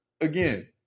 again